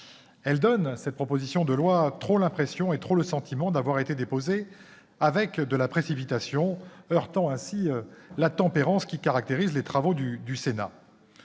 question. Cette proposition de loi donne trop le sentiment d'avoir été déposée avec de la précipitation, heurtant ainsi la tempérance qui caractérise les travaux du Sénat.